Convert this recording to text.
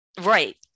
right